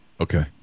Okay